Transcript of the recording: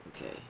okay